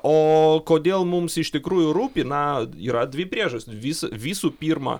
o kodėl mums iš tikrųjų rūpi na yra dvi priežastys vis visų pirma